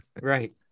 right